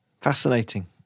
fascinating